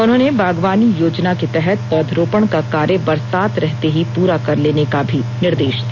उन्होंने बागवानी योजना के तहत पौधारोपण का कार्य बरसात रहते ही पूरा कर लेने का भी निर्देश दिया